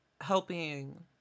helping